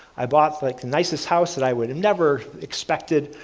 i bought like nicest house that i would've never expected,